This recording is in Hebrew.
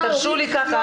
חד משמעית.